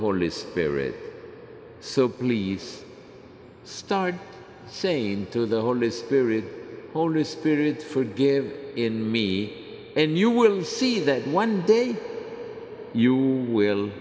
holy spirit so please start saying to the holy spirit all are spirit forgive in me and you will see that one day you will